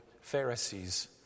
Pharisees